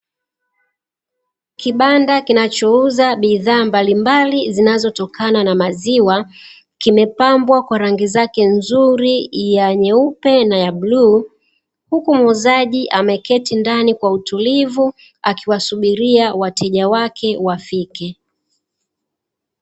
Kibanda kinachouza bidhaa mbalimbali zinazotokana na maziwa, kimepambwa kwa rangi zake nzuri; ya nyeupe na ya bluu, huku muuzaji ameketi ndani kwa utulivu akiwasubiria wateja wake wafike.